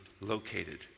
located